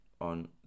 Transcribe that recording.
on